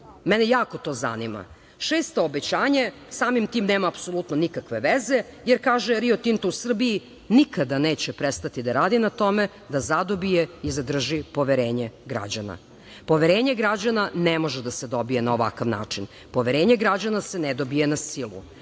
Mene jako to zanima. Šesto obećanje, samim tim nema apsolutno nikakve veze, jer kaže, „Rio Tinto“ u Srbiji nikada neće prestati da radi na tome da zadobije i zadrži poverenje građana. Poverenje građana ne može da se dobije na ovakav način. Poverenje građana se ne dobija na silu.